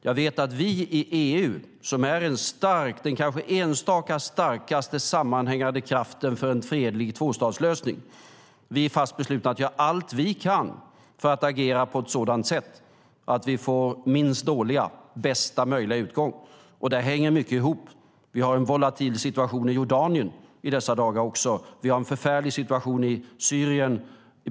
Jag vet att vi i EU, som är den kanske enstaka starkaste sammanhängande kraften för en fredlig tvåstatslösning, är fast beslutna att göra allt vi kan för att agera på ett sådant sätt att vi får minst dåliga och bästa möjliga utgång. Det hänger mycket ihop. Vi har en volatil situation i Jordanien i dessa dagar. Vi har en förfärlig situation i Syrien.